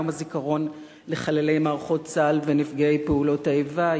יום הזיכרון לחללי מערכות צה"ל ונפגעי פעולות האיבה,